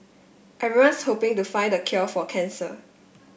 everyone's hoping to find the cure for cancer